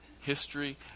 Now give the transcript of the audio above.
history